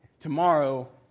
tomorrow